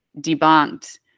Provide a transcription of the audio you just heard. debunked